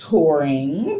Touring